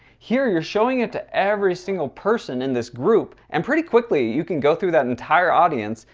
here, you're showing it to every single person in this group. and pretty quickly, you can go through that entire audience.